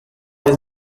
his